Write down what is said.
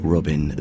Robin